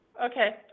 Okay